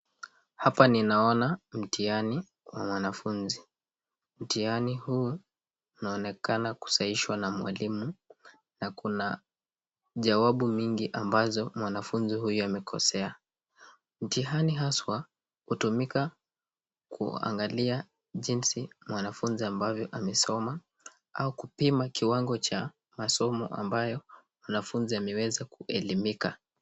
Hapa ninaona mtihani na mwanafunzi, mtihani huu inaonekana kusahishwa na mwalimu na kuna jawabu mingi ambazo mwanafunzi huyu amekosea. Mtihani haswa hutumika kuangalia jinsi mwanafunzi ambavyo amesoma au kupima kiwango ya masomo ambayo mwanafunzi ameweza kuelimika.